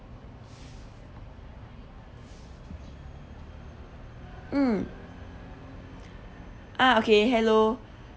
mm ah okay hello